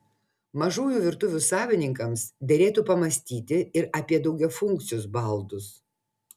mažų virtuvių savininkams derėtų pamąstyti ir apie daugiafunkcius baldus